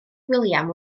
william